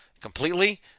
completely